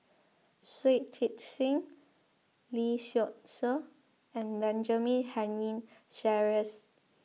Shui Tit Sing Lee Seow Ser and Benjamin Henry Sheares